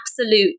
absolute